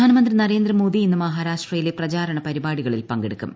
പ്രധാനമന്ത്രി നരേന്ദ്രമോദി ഇന്ന് മഹാരാഷ്ട്രയിൽ പ്രചാരണ പരിപാടികളിൽ പങ്കെടുക്കും